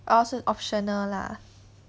orh so 是 optional lah